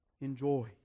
enjoy